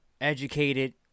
Educated